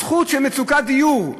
זכות של מצוקת דיור.